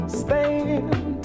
stand